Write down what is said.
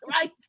Right